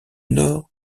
nord